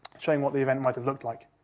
showing what the event might have looked like.